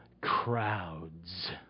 crowds